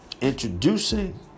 introducing